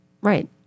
Right